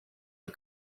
are